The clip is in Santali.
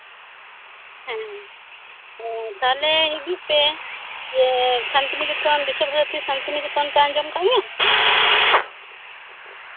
ᱦᱮᱸ ᱛᱟᱦᱞᱮ ᱦᱤᱡᱩᱜ ᱯᱮ ᱡᱮ ᱥᱟᱱᱛᱤᱱᱤᱠᱮᱛᱚᱱ ᱵᱤᱥᱥᱚᱵᱷᱟᱨᱚᱛᱤ ᱥᱟᱱᱛᱤᱱᱤᱠᱮᱛᱚᱱ ᱯᱮ ᱟᱸᱡᱚᱢ ᱟᱠᱟᱫ ᱜᱮᱭᱟ